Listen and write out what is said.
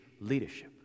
leadership